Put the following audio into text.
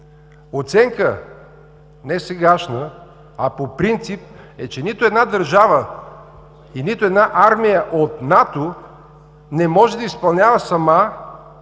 оценката, не сегашната, а по принцип, е, че нито една държава и нито една армия от НАТО не може да изпълнява сама